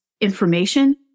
information